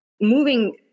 moving